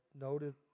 noted